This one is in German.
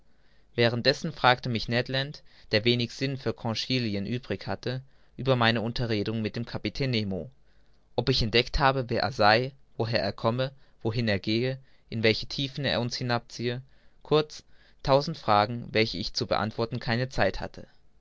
dessen fragte mich ned land der wenig sinn für conchylien hatte über meine unterredung mit dem kapitän nemo ob ich entdeckt habe wer er sei woher er komme wohin er gehe in welche tiefen er uns hinabziehe kurz tausend fragen welche ich zu beantworten keine zeit hatte